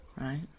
right